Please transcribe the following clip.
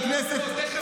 חבר הכנסת,